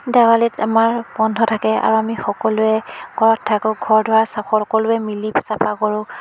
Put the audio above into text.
দেৱালীত আমাৰ বন্ধ থাকে আৰু আমি সকলোৱে ঘৰত থাকোঁ ঘৰ দুৱাৰ সকলোৱে মিলি চাফা কৰোঁ